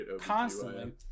constantly